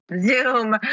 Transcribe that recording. Zoom